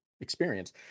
experience